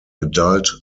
adult